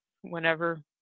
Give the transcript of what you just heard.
whenever